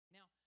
Now